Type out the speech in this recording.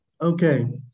Okay